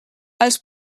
els